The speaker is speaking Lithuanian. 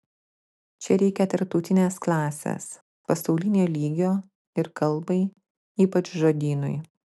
čia reikia tarptautinės klasės pasaulinio lygio ir kalbai ypač žodynui